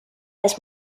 des